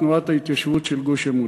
תנועת ההתיישבות של "גוש אמונים."